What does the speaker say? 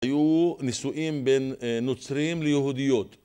היו נישואים בין נוצרים ליהודיות